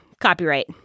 Copyright